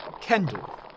Kendall